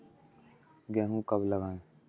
गेहूँ कब लगाएँ?